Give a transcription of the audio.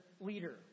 leader